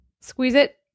Squeeze-It